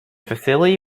facility